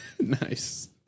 nice